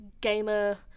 gamer